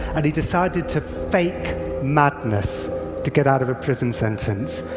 and he decided to fake madness to get out of a prison sentence.